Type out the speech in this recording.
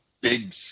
big –